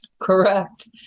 Correct